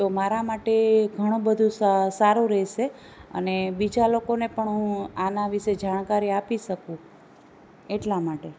તો મારા માટે ઘણો બધું સારું રહેશે અને બીજા લોકોને પણ હું આના વિશે જાણકારી આપી શકું એટલા માટે